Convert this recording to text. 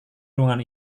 ruangan